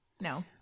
no